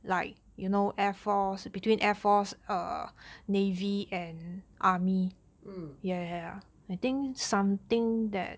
mm